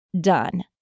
done